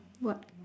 what